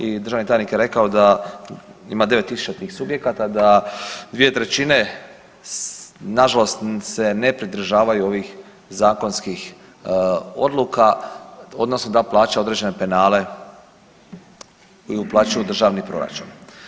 I državni tajnik je rekao da ima 9.000 tih subjekata, da 2/3 nažalost se ne pridržavaju ovih zakonskih odluka odnosno da plaća određene penale i uplaćuju u državni proračun.